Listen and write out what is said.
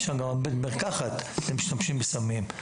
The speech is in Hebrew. יש שם בית מרחקת, הם משתמשים בסמים.